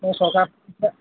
চৰকাৰ